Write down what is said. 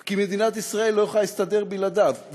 כי מדינת ישראל לא יכולה להסתדר בלעדיו.